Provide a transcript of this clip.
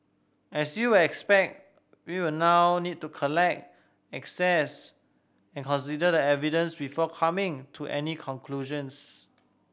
as you will expect we will now need to collect assess and consider the evidence before coming to any conclusions